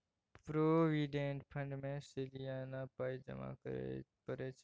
provident fund मे सलियाना पाइ जमा करय परय छै